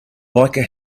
biker